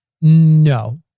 No